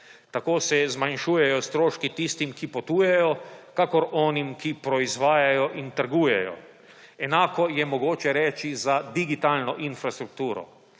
Tako se zmanjšujejo stroški tistim, ki potujejo, kakor onim, ki proizvajajo in trgujejo, enako je mogoče reči za digitalno infrastrukturo.